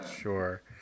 Sure